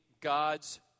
God's